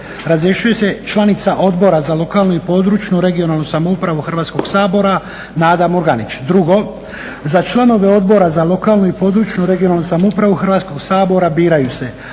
razrješuje se članica Odbora za lokalnu, područnu (regionalnu) samoupravu Hrvatskog sabora Nada Murganić. Drugo, za članove Odbora za lokalnu, područnu (regionalnu) samoupravu Hrvatskog sabora biraju se